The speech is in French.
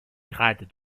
grade